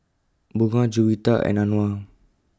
Bunga Juwita and Anuar